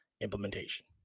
implementation